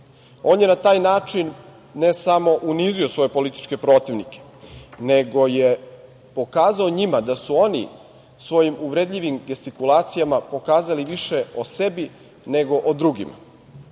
je na taj način ne samo unizio svoje političke protivnike, nego je pokazao njima da su oni svojim uvredljivim gestikulacijama pokazali više o sebi, nego od drugima. Upravo